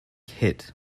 hit